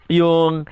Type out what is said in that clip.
yung